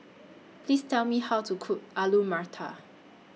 Please Tell Me How to Cook Alu Matar